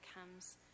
comes